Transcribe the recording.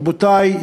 רבותי,